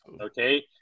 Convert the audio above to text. okay